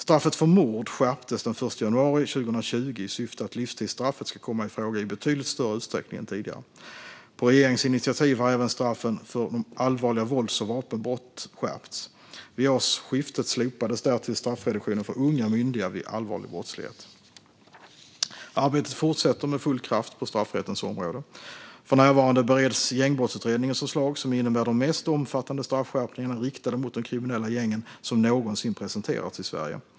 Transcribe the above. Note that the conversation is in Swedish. Straffet för mord skärptes den 1 januari 2020 i syfte att livstidsstraffet ska komma i fråga i betydligt större utsträckning än tidigare. På regeringens initiativ har även straffen för allvarliga vålds och vapenbrott skärpts. Vid årsskiftet slopades därtill straffreduktionen för unga myndiga vid allvarlig brottslighet. Arbetet fortsätter med full kraft på straffrättens område. För närvarande bereds Gängbrottsutredningens förslag, som innebär de mest omfattade straffskärpningarna riktade mot de kriminella gängen som någonsin presenterats i Sverige.